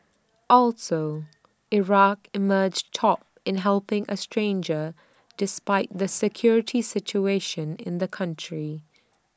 also Iraq emerged top in helping A stranger despite the security situation in the country